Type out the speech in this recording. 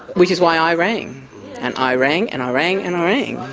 which is why i rang and i rang, and i rang and i rang.